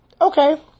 Okay